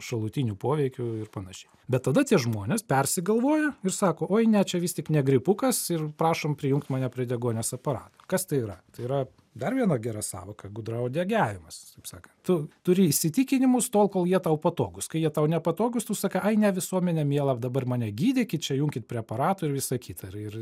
šalutinių poveikių ir panašiai bet tada tie žmonės persigalvoja ir sako oi ne čia vis tik ne gripukas ir prašom prijungt mane prie deguonies aparato kas tai yra tai yra dar viena gera sąvoka gudrauodegiavimas taip skaknt tu turi įsitikinimus tol kol jie tau patogūs kai jie tau nepatogūs tu sakai ai ne visuomene miela dabar mane gydykit čia junkit prie aratų ir visa kita ir ir